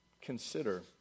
consider